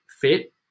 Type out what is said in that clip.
fit